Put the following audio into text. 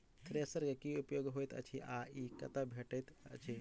Thresher केँ की उपयोग होइत अछि आ ई कतह भेटइत अछि?